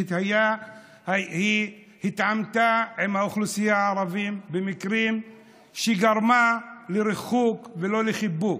כי היא התעמתה עם האוכלוסייה הערבית וגרמה לריחוק ולא לחיבוק.